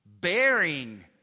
bearing